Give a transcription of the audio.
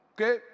Okay